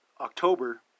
october